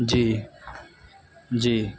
جی جی